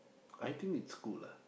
I think it's cool lah